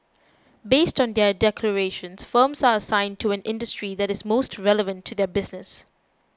based on their declarations firms are assigned to an industry that is most relevant to their business